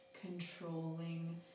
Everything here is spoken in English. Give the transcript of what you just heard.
controlling